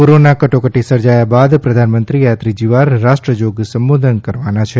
corona કટોકટી સર્જાયા બાદ પ્રધાનમંત્રી આ ત્રીજીવાર રાષ્ટ્રજોગ સંબોધન કરવાના છે